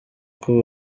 uko